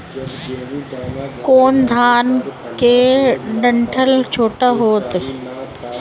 कौन धान के डंठल छोटा होला?